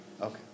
Okay